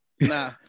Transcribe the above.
Nah